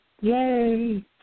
Yay